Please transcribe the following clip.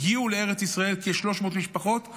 הגיעו לארץ ישראל כ-300 משפחות.